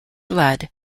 blood